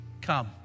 come